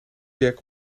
jack